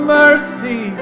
mercy